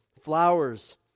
flowers